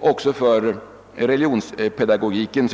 också för religionspedagogiken.